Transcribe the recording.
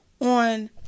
on